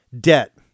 Debt